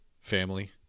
family